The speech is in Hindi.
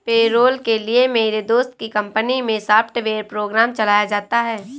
पेरोल के लिए मेरे दोस्त की कंपनी मै सॉफ्टवेयर प्रोग्राम चलाया जाता है